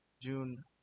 june